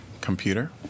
computer